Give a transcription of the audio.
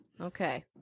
okay